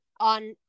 on